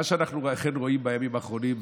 מה שאנחנו אכן רואים בימים האחרונים,